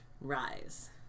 Rise